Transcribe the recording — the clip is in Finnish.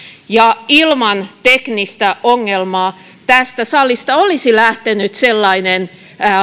ja ilman teknistä ongelmaa tästä salista olisi lähtenyt sellainen